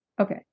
Okay